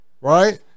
right